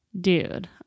dude